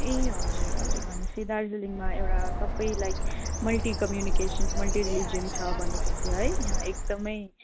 ए हजुर हजुर भनेपछि दार्जिलिङमा एउटा सबै like multi communication multi religion छ भनेपछि है यहाँ एकदमै